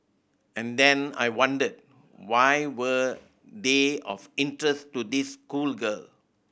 and then I wondered why were they of interest to this schoolgirl